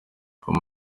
ama